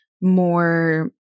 more